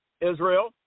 Israel